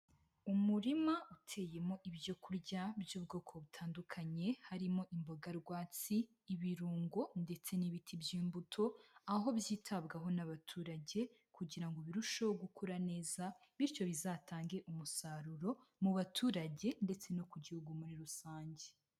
Umurima uteyemo ibyo kurya by'ubwoko butandukanye harimo imboga rwatsi, ibirungo ndetse n'ibiti by'imbuto, aho byitabwaho n'abaturage kugira ngo birusheho gukura neza bityo bizatange umusaruro mu baturage ndetse no ku gihugu muri rusange.